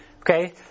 okay